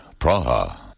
Praha